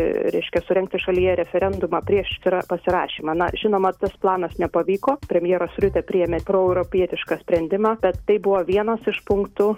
reiškia surengti šalyje referendumą prieš tai yra pasirašymą na žinoma tas planas nepavyko premjeras riutė priėmė proeuropietišką sprendimą tad tai buvo vienas iš punktų